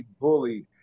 bullied